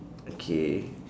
okay